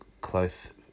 close